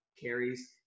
carries